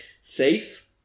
safe